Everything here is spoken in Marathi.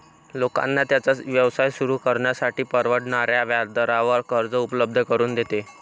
लोकांना त्यांचा व्यवसाय सुरू करण्यासाठी परवडणाऱ्या व्याजदरावर कर्ज उपलब्ध करून देते